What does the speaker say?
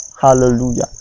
hallelujah